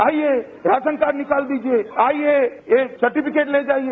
आइए ration card निकाल दीजिए आइए ये सर्टिफिकेट ले जाइए